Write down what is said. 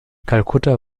kalkutta